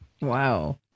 Wow